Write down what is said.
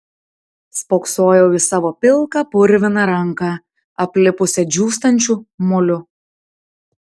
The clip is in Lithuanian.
spoksojau į savo pilką purviną ranką aplipusią džiūstančių moliu